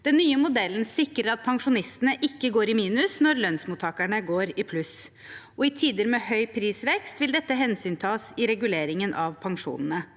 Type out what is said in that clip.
Den nye modellen sikrer at pensjonistene ikke går i minus når lønnsmottakerne går i pluss. I tider med høy prisvekst vil dette hensyntas i reguleringen av pensjonene.